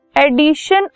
addition